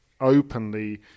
openly